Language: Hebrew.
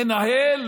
מנהל,